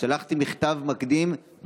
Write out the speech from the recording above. שלחתי מכתב מקדים,